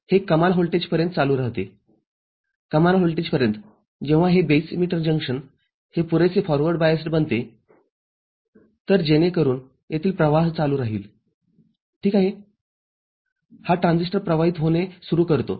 हे कमाल व्होल्टेजपर्यंत चालू राहतेकमाल व्होल्टेजपर्यंतजेव्हा हे बेस इमीटर जंक्शन हे पुरेसे फॉरवर्ड बायस्ड बनतेतर जेणेकरून येथील प्रवाह चालू होईल ठीक आहे हा ट्रान्झिस्टर प्रवाहित होणे सुरु करतो